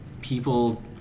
people